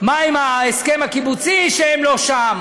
מה עם ההסכם הקיבוצי, שהם לא שם,